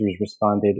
responded